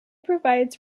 provides